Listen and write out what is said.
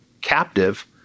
captive